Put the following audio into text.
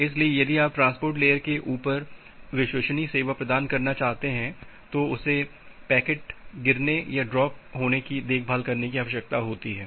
इसलिए यदि आप ट्रांसपोर्ट लेयर के ऊपर विश्वसनीय सेवा प्रदान करना चाहते हैं तो उसे पैकेट गिरने की देखभाल करने की आवश्यकता है